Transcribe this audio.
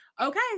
okay